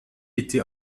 été